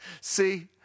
See